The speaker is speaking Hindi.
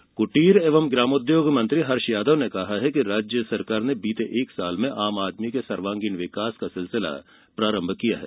यादव कुटीर एवं ग्रामोद्योग मंत्री हर्ष यादव ने कहा कि राज्य सरकार ने बीते एक साल में आम आदमी के सर्वागींण विकास का सिलसिला शुरू किया है